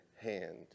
hand